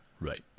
Right